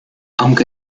aunque